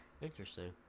Interesting